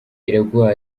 iraguha